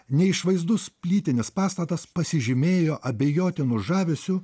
neišvaizdus plytinis pastatas pasižymėjo abejotinu žavesiu